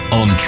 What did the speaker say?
on